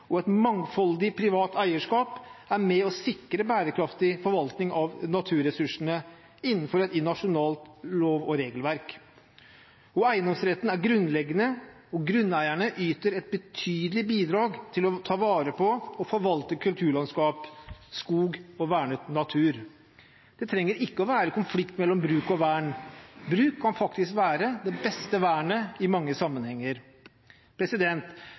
og et mangfoldig privat eierskap er med på å sikre bærekraftig forvaltning av naturressursene innenfor et nasjonalt lov- og regelverk. Eiendomsretten er grunnleggende, og grunneierne yter et betydelig bidrag til å ta vare på og forvalte kulturlandskap, skog og vernet natur. Det trenger ikke å være konflikt mellom bruk og vern. Bruk kan faktisk være det beste vernet i mange sammenhenger.